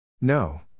No